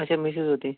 अच्छा मिसेस होती